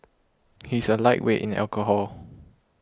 he is a lightweight in alcohol